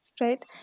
right